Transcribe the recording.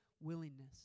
willingness